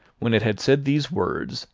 when it had said these words,